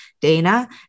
Dana